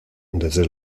desde